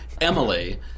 Emily